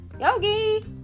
Yogi